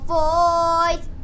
voice